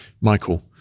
Michael